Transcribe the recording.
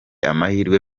amahirwe